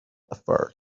effort